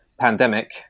pandemic